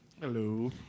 Hello